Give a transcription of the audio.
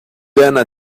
peines